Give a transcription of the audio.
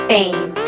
Fame